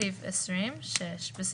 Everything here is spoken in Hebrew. שוב,